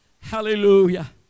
Hallelujah